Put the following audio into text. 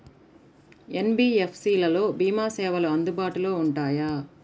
NBFC లలో భీమా సేవలు అందుబాటులో ఉంటాయా?